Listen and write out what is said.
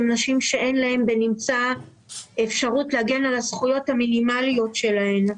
הן נשים שאין להן בנמצא אפשרות להגן על הזכויות המינימליות שלהן.